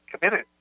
committed